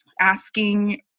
asking